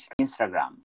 instagram